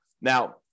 now